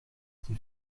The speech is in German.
sie